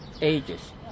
ages